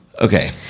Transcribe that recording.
okay